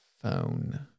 phone